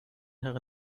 her